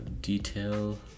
detail